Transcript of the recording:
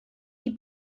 die